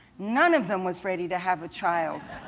none of them was ready to have a child.